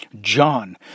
John